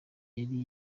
yari